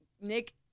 Nick